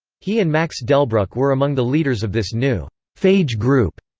he and max delbruck were among the leaders of this new phage group,